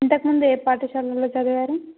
ఇంతకు ముందు ఏ పాఠశాలలో చదివారు